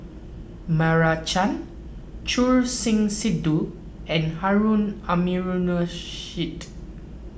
Meira Chand Choor Singh Sidhu and Harun Aminurrashid